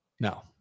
No